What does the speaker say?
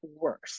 worse